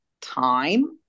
time